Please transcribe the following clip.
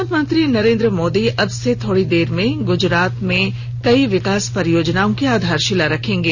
प्रधानमंत्री नरेन्द्र मोदी अब से थोड़ी देर में गुजरात में कई विकास परियोजनाओं की आधारशिला रखेंगे